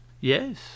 Yes